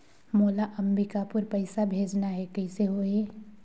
मोला अम्बिकापुर पइसा भेजना है, कइसे होही?